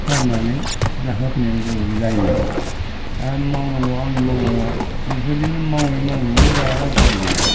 खालामनानै होफैनांगौ जायो दा मावनांगौआ आंनि मावनांगौआ बेफोरबायदिनो मावै मावैनो जायाब्ला उफाय गैया